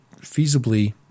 feasibly